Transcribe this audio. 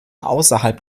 außerhalb